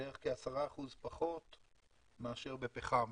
בערך כ-10% פחות מאשר בפחם,